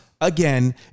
Again